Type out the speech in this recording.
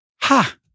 Ha